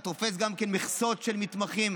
אתה תופס גם מכסות של מתמחים,